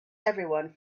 everyone